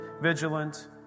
vigilant